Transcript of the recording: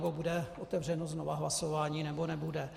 Nebo bude otevřeno znovu hlasování, nebo nebude?